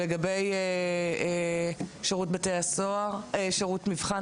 לגבי שירות מבחן,